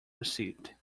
received